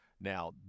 Now